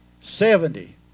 Seventy